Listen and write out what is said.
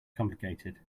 complicated